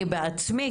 אני בעצמי,